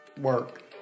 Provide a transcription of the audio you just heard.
work